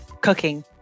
Cooking